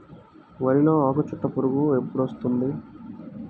వరిలో ఆకుచుట్టు పురుగు ఎప్పుడు వస్తుంది?